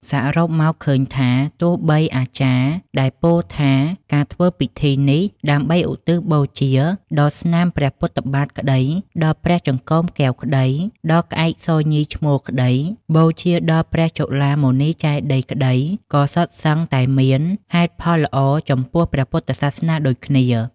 សរុបមក ឃើញថា ទោះបីអាចារ្យដែលពោលថា "ការធ្វើពិធីនេះ ដើម្បីឧទ្ទិសបូជា ដល់ស្នាមព្រះពុទ្ធបាទក្តី ដល់ព្រះចង្កូមកែវក្តី ដល់ក្អែកសញីឈ្មោលក្តី បូជាដល់ព្រះចូឡាមណីចេតិយក្តី” ក៏សុទ្ធសឹងតែមាន ហេតុផលល្អចំពោះពុទ្ធសាសនាដូចគ្នា ។